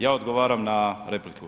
Ja odgovaram na repliku.